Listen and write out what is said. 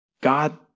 God